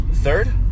Third